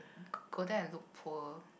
go there and look poor